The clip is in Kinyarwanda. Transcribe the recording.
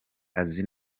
azi